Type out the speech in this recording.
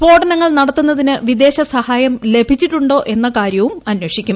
സ്ഫോടനങ്ങൾ നടത്തുന്നതിന് വിദേശസഹായം ലഭിച്ചിട്ടുണ്ടോ എന്ന കാര്യവും അന്വേഷിക്കും